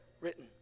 written